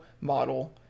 model